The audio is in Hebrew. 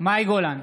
מאי גולן,